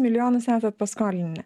milijonus esat paskolinę